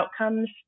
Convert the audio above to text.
outcomes